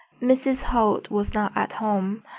mrs. holt was not at home,